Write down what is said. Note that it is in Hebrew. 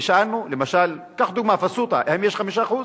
ושאלנו, למשל, קח דוגמה: פסוטה, האם יש 5%?